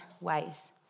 ways